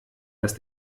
dass